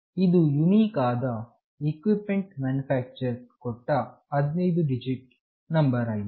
ಇದು ಯುನಿಕ್ ಆದ equipment manufacturer ಕೊಟ್ಟ 15 ಡಿಜಿಟ್ ನಂಬರ್ ಆಗಿದೆ